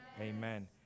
amen